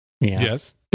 yes